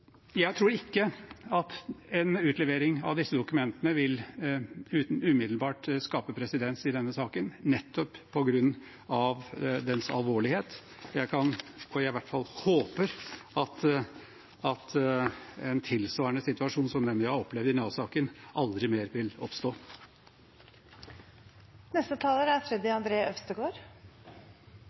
Jeg tror ikke at en utlevering av disse dokumentene umiddelbart vil skape presedens i denne saken, nettopp på grunn av dens alvorlighet. Jeg håper i hvert fall at en tilsvarende situasjon som den vi har opplevd i Nav-saken, aldri mer vil oppstå. Det er